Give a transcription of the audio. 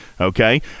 okay